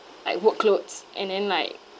like work clothes and then like